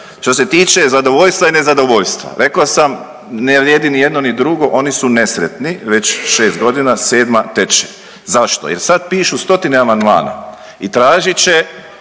što se tiče zadovoljstva i nezadovoljstva, reko sam ne vrijedni ni jedno ni drugo, oni su nesretni već šest godina, sedma teče. Zašto? Jer sad pišu stotine amandmana i tražit će,